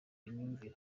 imyumvire